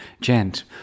gent